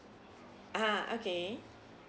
ah okay